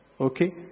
Okay